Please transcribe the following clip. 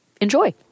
enjoy